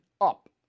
up